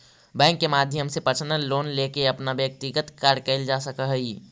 bank के माध्यम से पर्सनल लोन लेके अपन व्यक्तिगत कार्य कैल जा सकऽ हइ